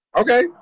Okay